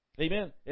Amen